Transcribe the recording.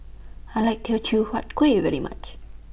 I like Teochew Huat Kuih very much